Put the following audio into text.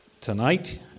tonight